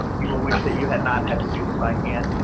you will wish that you had not had to do them by hand.